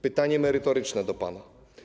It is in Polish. Pytanie merytoryczne do pana.